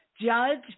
judge